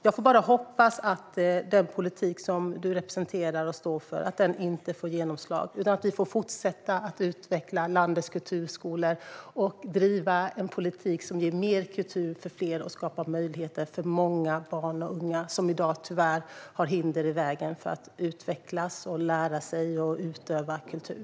Jag får bara hoppas att den politik som du, Cecilia Magnusson, representerar och står för inte får genomslag utan att vi får fortsätta att utveckla landets kulturskolor och att driva en politik som ger mer kultur för fler och som skapar möjligheter för många barn och unga som i dag tyvärr har hinder i vägen för att utvecklas, lära sig och utöva kultur.